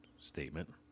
statement